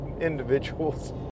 individuals